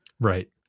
right